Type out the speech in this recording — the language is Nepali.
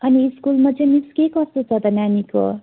अनि स्कुलमा चाहिँ के कस्तो छ त नानीको